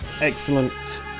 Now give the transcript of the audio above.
Excellent